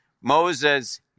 Moses